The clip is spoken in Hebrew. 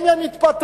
אם הם יתפטרו,